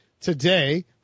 today